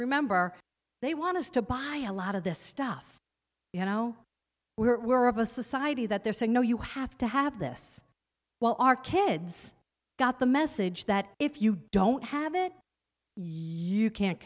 remember they want us to buy a lot of this stuff you know we're of a society that they're saying no you have to have this well our kids got the message that if you don't have it you can't